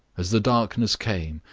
as the darkness came,